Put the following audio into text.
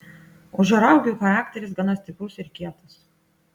ožiaragių charakteris gana stiprus ir kietas